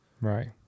Right